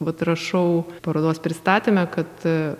vat rašau parodos pristatyme kad